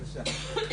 בבקשה.